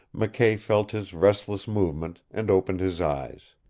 mckay felt his restless movement, and opened his eyes.